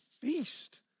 feast